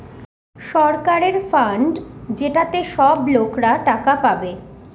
সরকারের ফান্ড যেটাতে সব লোকরা টাকা পাবে